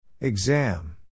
Exam